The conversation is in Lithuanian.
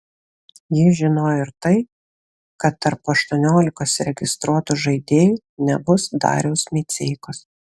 jis žinojo ir tai kad tarp aštuoniolikos registruotų žaidėjų nebus dariaus miceikos